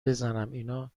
بزنماینا